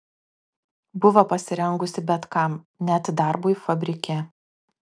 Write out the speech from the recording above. buvo pasirengusi bet kam net darbui fabrike